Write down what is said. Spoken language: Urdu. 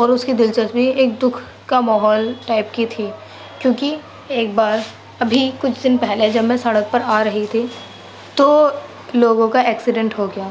اور اس کی دلچسپی ایک دکھ کا ماحول ٹائپ کی تھی کیونکہ ایک بار ابھی کچھ دن پہلے جب میں سڑک پر آرہی تھی تو لوگوں کا ایکسیڈنٹ ہو گیا